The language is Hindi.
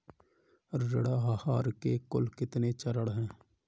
ऋण आहार के कुल कितने चरण हैं?